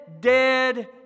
dead